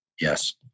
Yes